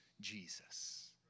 Jesus